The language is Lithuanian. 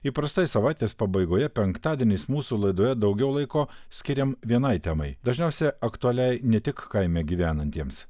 įprastai savaitės pabaigoje penktadieniais mūsų laidoje daugiau laiko skiriam vienai temai dažniausia aktualiai ne tik kaime gyvenantiems